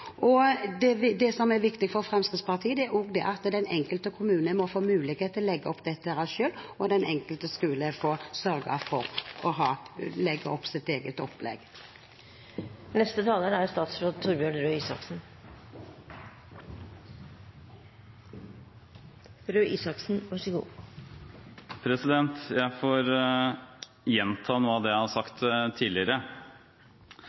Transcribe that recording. veldig godt utviklet. Det er også viktig for Fremskrittspartiet at den enkelte kommune må få mulighet til å legge opp dette selv, og at den enkelte skole får sørge for å ha sitt eget opplegg. Jeg får gjenta noe av det jeg har